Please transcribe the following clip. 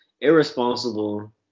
irresponsible